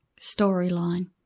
storyline